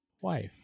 wife